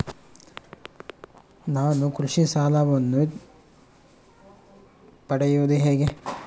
ನಾನು ಕೃಷಿ ಸಾಲವನ್ನು ಪಡೆಯೋದು ಹೇಗೆ?